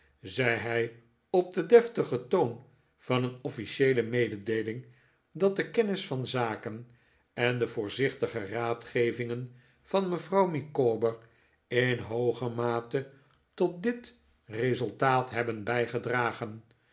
zei hij op den deftigen toon van een officieele mededeeling dat de kennis van zaken en de voorzichtige raadgevingen van mevrouw micawber in hooge mate tot dit resultaat hebben bijgedragen